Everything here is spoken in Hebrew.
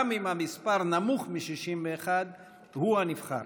גם אם המספר נמוך מ-61, הוא הנבחר.